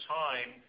time